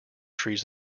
trees